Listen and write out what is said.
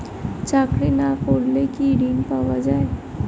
চাকরি না করলে কি ঋণ পাওয়া যায় না?